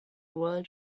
world